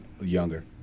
younger